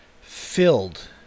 filled